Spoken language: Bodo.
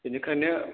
बेनिखायनो